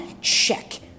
Check